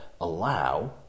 allow